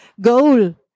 goal